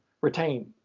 retain